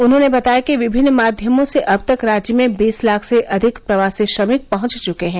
उन्होंने बताया कि विभिन्न माध्यमों से अब तक राज्य में बीस लाख से अधिक प्रवासी श्रमिक पहुंच चुके हैं